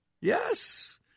Yes